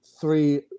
three